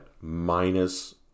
minus